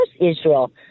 Israel